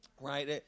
right